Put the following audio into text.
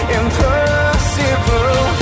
impossible